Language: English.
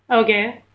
okay